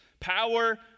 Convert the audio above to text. Power